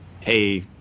hey